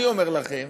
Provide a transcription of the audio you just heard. אני אומר לכם